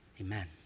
Amen